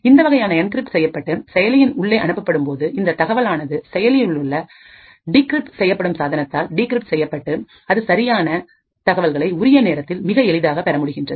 இந்த வகையான என்கிரிப்ட் செய்யப்பட்டு செயலியின் உள்ளே அனுப்பப்படும் போது இந்த தகவல் ஆனது செயலியில் உள்ள டிகிரிப்ட் செய்யப்படும் சாதனத்தால் டிகிரிப்ட் செய்யப்பட்டு அது சரியான தகவல்களை உரிய நேரத்தில் மிக எளிதாக பெறமுடிகின்றது